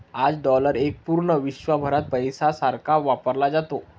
आज डॉलर एक पूर्ण विश्वभरात पैशासारखा वापरला जातो